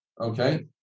okay